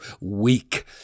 weak